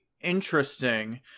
interesting